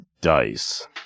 dice